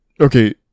okay